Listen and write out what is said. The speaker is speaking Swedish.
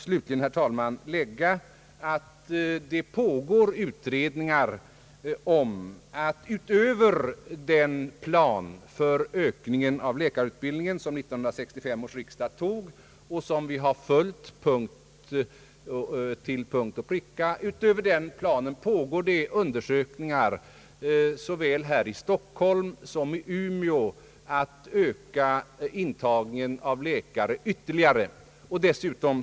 Slutligen vill jag tillägga att det pågår utredningar såväl här i Stockholm som i Umeå, vilka syftar till en ökning av intagningen av medicinare utöver den plan för ökningen av läkarutbildningen som 1965 års riksdag antog och som vi har följt till punkt och pricka.